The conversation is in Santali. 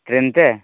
ᱴᱨᱮᱹᱱ ᱛᱮ